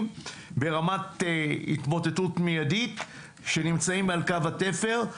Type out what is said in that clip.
ברמת התמוטטות מידית שנמצאים על קו התפר,